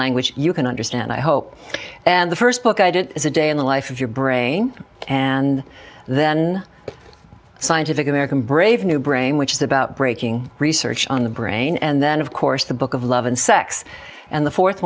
language you can understand i hope and the first book i did is a day in the life of your brain and then scientific american brave new brain which is about breaking research on the brain and then of course the book of love and sex and the fourth